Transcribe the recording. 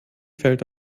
fällt